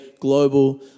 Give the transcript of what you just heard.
global